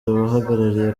abahagarariye